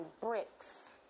bricks